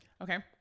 okay